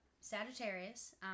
Sagittarius